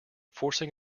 forcing